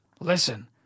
Listen